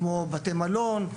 כמו בתי מלון,